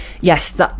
Yes